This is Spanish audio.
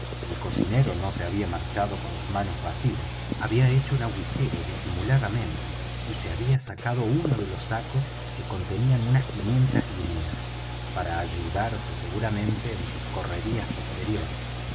el cocinero no se había marchado con las manos vacías había hecho un agujero disimuladamente y se había sacado uno de los sacos que contenían unas quinientas guineas para ayudarse seguramente en sus correrías posteriores